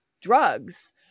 drugs